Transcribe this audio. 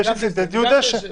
דשא סינתטי הוא דשא.